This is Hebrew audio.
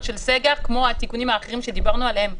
של סגר כמו התיקונים האחרים שדיברנו עליהם.